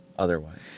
Otherwise